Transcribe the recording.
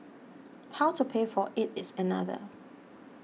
how to pay for it is another